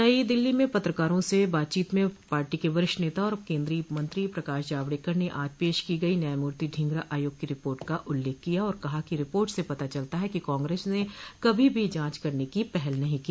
नई दिल्लीं में पत्रकारों से बातचीत में पार्टी के वरिष्ठ नेता और केंद्रीय मंत्री प्रकाश जावड़ेकर ने आज पेश की गई न्यायमूर्ति ढींगरा आयोग की रिपोर्ट का उल्लेख किया और कहा कि रिपोर्ट से पता चलता है कि कांग्रेस ने कभी भी जांच करने की पहल नहीं की